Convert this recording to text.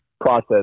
process